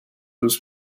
was